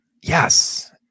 Yes